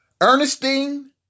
Ernestine